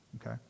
Okay